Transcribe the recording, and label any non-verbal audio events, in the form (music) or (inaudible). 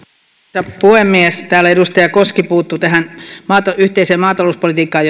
puhemies täällä edustaja koski puuttui yhteiseen maatalouspolitiikkaan (unintelligible)